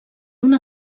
una